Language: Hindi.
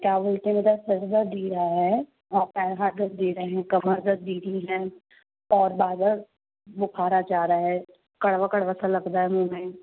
क्या बोलते मतलब सर दर्द दिया है और पैर हाथ दर्द दे रहे हैं कमर दर्द दे रही है और बार बार बुखार आ जा रहा है कड़वा कड़वा सा लग रहा है मूँह में